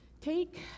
take